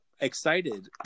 excited